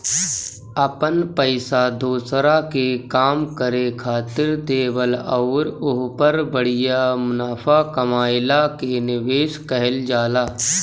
अपन पइसा दोसरा के काम करे खातिर देवल अउर ओहपर बढ़िया मुनाफा कमएला के निवेस कहल जाला